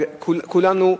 כולנו,